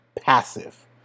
passive